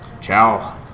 Ciao